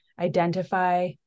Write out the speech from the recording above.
identify